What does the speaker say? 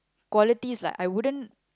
qualities like I wouldn't